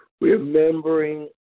remembering